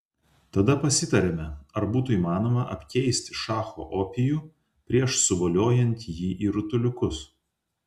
tada pasitarėme ar būtų įmanoma apkeisti šacho opijų prieš suvoliojant jį į rutuliukus